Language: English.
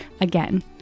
again